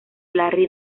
larry